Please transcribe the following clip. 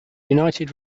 united